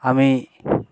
আমি